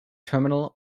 terminal